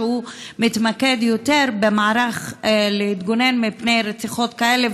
שמתמקד יותר במערך שנועד להתגונן מפני רציחות כאלה,